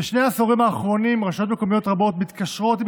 בשני העשורים האחרונים רשויות מקומיות רבות מתקשרות עם